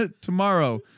tomorrow